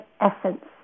essence